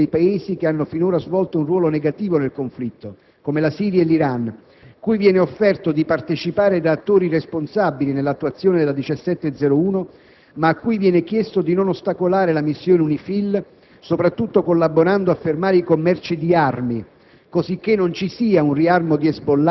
Decisiva sarà la fermezza nei confronti dei paesi che hanno finora svolto un ruolo negativo nel conflitto, come la Siria e l'Iran, cui viene offerto di partecipare da attori responsabili nell'attuazione della risoluzione 1701, ma a cui viene chiesto di non ostacolare la missione UNIFIL, soprattutto collaborando a fermare i commerci di armi,